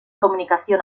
comunicación